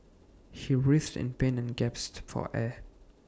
he writhed in pain and gasped for air